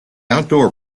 outdoor